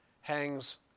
hangs